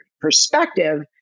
perspective